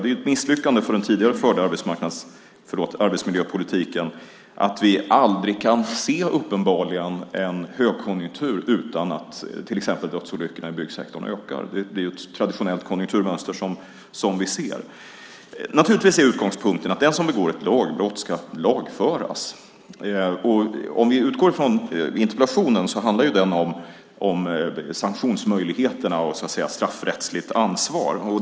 Det är ett misslyckande för den tidigare förda arbetsmiljöpolitiken att vi uppenbarligen aldrig kan se en högkonjunktur utan att till exempel dödsolyckorna i byggsektorn ökar. Det är ett traditionellt konjunkturmönster som vi ser. Naturligtvis är utgångspunkten att den som begår ett lagbrott ska lagföras. Vi kan utgå från interpellationen. Den handlar ju om sanktionsmöjligheterna och straffrättsligt ansvar.